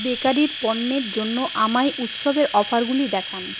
বেকারির পণ্যের জন্য আমায় উৎসবের অফারগুলি দেখান